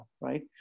right